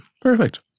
Perfect